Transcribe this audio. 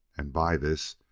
and, by this,